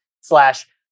slash